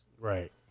Right